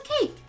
cake